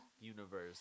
universe